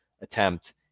attempt